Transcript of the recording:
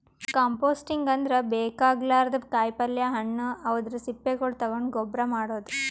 composting ಅಂದ್ರ ಬೇಕಾಗಲಾರ್ದ್ ಕಾಯಿಪಲ್ಯ ಹಣ್ಣ್ ಅವದ್ರ್ ಸಿಪ್ಪಿಗೊಳ್ ತಗೊಂಡ್ ಗೊಬ್ಬರ್ ಮಾಡದ್